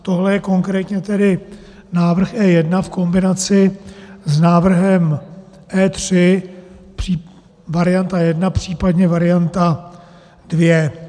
Tohle je konkrétně tedy návrh E1 v kombinaci s návrhem E3 varianta 1, případně varianta 2.